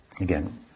again